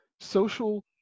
social